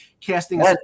casting